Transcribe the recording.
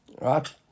Right